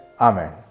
Amen